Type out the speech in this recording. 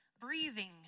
Breathing